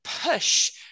push